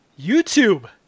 YouTube